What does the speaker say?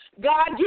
God